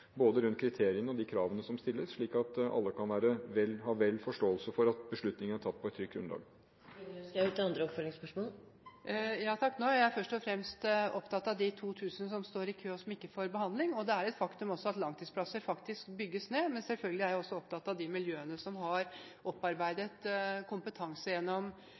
kriteriene og de kravene som stilles, slik at alle kan ha forståelse for at beslutningene er tatt på et trygt grunnlag. Jeg er først og fremst opptatt av de 2 000 som står i kø, og som ikke får behandling. Det er et faktum også at langtidsplasser faktisk bygges ned. Selvfølgelig er jeg også opptatt av de miljøene som har opparbeidet seg kompetanse gjennom